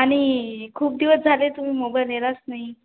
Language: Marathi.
आणि खूप दिवस झाले तू मोबाईल नेलाच नाही